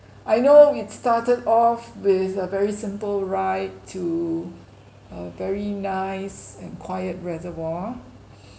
I know it started off with a very simple ride to a very nice and quiet reservoir